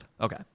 Okay